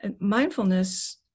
Mindfulness